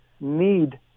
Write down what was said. need